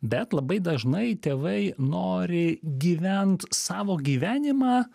bet labai dažnai tėvai nori gyvent savo gyvenimą